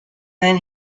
then